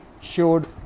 showed